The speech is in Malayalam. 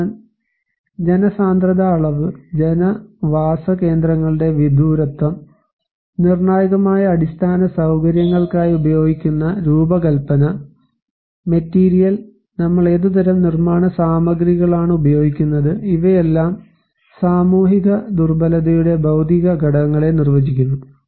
അതിനാൽ ജനസാന്ദ്രത അളവ് ജനവാസ കേന്ദ്രങ്ങളുടെ വിദൂരത്വം നിർണായകമായ അടിസ്ഥാന സൌ കര്യങ്ങൾക്കായി ഉപയോഗിക്കുന്ന രൂപകൽപ്പന മെറ്റീരിയൽ നമ്മൾ ഏതുതരം നിർമ്മാണ സാമഗ്രികളാണ് ഉപയോഗിക്കുന്നത് ഇവയെല്ലാം സാമൂഹിക ദുർബലതയുടെ ഭൌതിക ഘടകങ്ങളെ നിർവചിക്കുന്നു